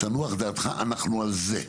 תנוח דעתך, אנחנו על זה.